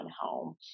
home